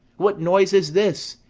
what noise is this?